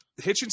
Hitchens